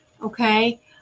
Okay